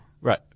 Right